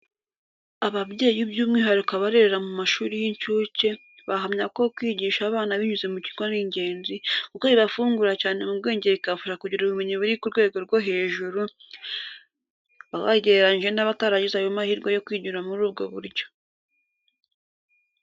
Ababyeyi by’umwihariko abarerera mu mashuri y’incuke, bahamya ko kwigisha abana binyuze mu mikino ari ingenzi, kuko bibafungura cyane mu bwenge bikabafasha kugira ubumenyi buri ku rwego rwo hejuru, babagereranyije n’abataragize ayo mahirwe yo kwigira muri ubwo buryo.